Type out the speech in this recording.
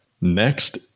Next